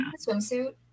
swimsuit